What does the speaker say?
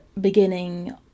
beginning